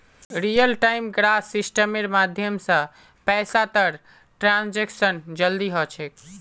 real time gross सेटलमेंटेर माध्यम स पैसातर ट्रांसैक्शन जल्दी ह छेक